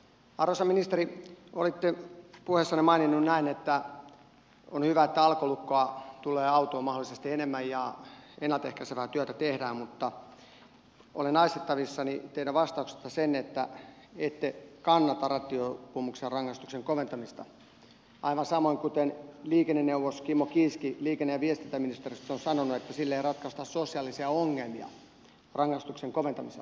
arvoisa ministeri olitte puheessanne maininnut näin että on hyvä että alkolukkoja tulee autoihin mahdollisesti enemmän ja ennalta ehkäisevää työtä tehdään mutta olen aistivinani teidän vastauksestanne sen että ette kannata rattijuopumusrangaistuksen koventamista aivan samoin kuten liikenneneuvos kimmo kiiski liikenne ja viestintäministeriöstä on sanonut että rangaistuksen koventamisella ei ratkaista sosiaalisia ongelmia